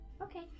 Okay